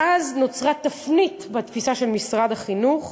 ואז נוצרה תפנית בתפיסה של משרד החינוך,